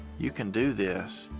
you can do this.